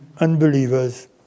unbelievers